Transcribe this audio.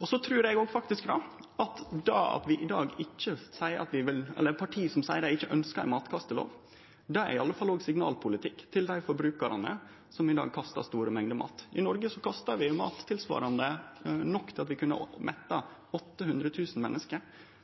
at det at det er parti i dag som seier dei ikkje ønskjer ei matkastelov, i alle fall er signalpolitikk til dei forbrukarane som i dag kastar store mengder mat. I Noreg kastar vi mat nok til at vi kunne mette 800 000 menneske.